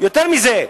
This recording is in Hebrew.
יותר מזה,